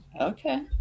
Okay